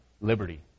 liberty